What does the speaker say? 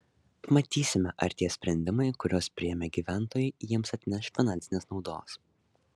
pamatysime ar tie sprendimai kuriuos priėmė gyventojai jiems atneš finansinės naudos